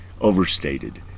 overstated